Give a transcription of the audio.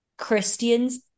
christian's